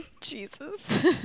Jesus